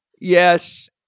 yes